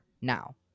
now